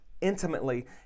intimately